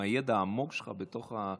עם הידע העמוק שלך במפלגות השונות?